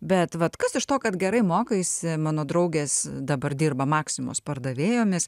bet vat kas iš to kad gerai mokaisi mano draugės dabar dirba maksimos pardavėjomis